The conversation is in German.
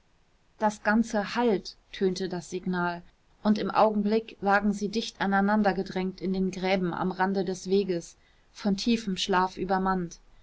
das ganze halt tönte das signal und im augenblick lagen sie dicht aneinandergedrängt in den gräben am rande des weges von tiefem schlaf übermannt